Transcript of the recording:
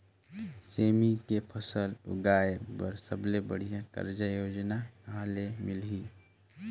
सेमी के फसल उगाई बार सबले बढ़िया कर्जा योजना कहा ले मिलही?